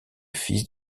fils